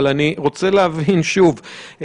אבל אני רוצה להבין שוב.